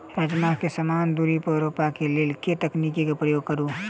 राजमा केँ समान दूरी पर रोपा केँ लेल केँ तकनीक केँ प्रयोग करू?